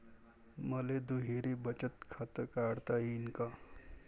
मले दुहेरी बचत खातं काढता येईन का?